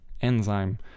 enzyme